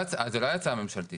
הצעה ממשלתית.